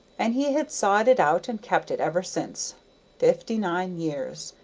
and he had sawed it out and kept it ever since fifty-nine years.